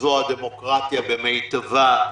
זו הדמוקרטיה במיטבה.